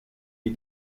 die